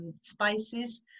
spices